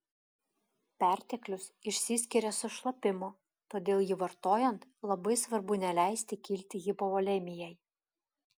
perteklius išsiskiria su šlapimu todėl jį vartojant labai svarbu neleisti kilti hipovolemijai